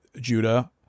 Judah